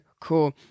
cool